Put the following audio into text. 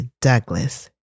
Douglas